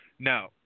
No